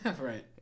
Right